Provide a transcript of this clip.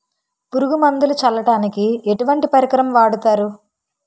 పురుగు మందులు చల్లడానికి ఎటువంటి పరికరం వాడతారు?